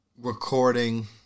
recording